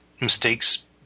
mistakes